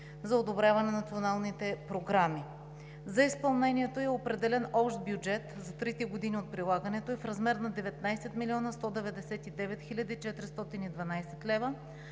за одобряване на националните програми. За изпълнението ѝ е определен общ бюджет за трите години от прилагането ѝ в размер на 19 млн. 199 хил. 412 лв.,